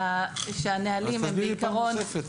תסבירי פעם נוספת.